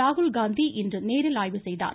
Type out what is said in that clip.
ராகுல் காந்தி இன்று நேரில் ஆய்வு செய்தார்